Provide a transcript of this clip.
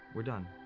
iwe're done.